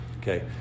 okay